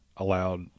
Allowed